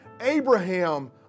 Abraham